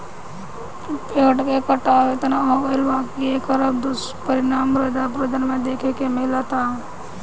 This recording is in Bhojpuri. पेड़ के कटाव एतना हो गईल बा की एकर अब दुष्परिणाम मृदा अपरदन में देखे के मिलता